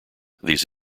these